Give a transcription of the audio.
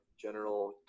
general